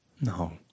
No